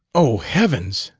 oh, heavens!